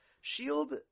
Shield